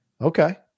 Okay